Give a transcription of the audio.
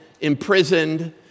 imprisoned